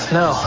no